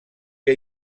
que